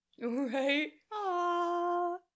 Right